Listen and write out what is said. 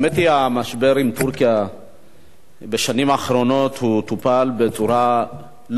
המשבר עם טורקיה בשנים האחרונות טופל בצורה לא נכונה.